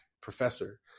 professor